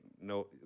no